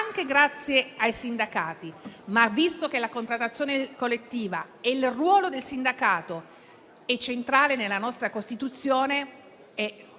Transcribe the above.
grazie ai sindacati. Ma, visto che la contrazione collettiva e il ruolo del sindacato sono centrali nella nostra Costituzione, delle